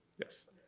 Yes